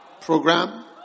program